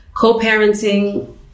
co-parenting